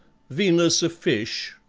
venus a fish,